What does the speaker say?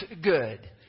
good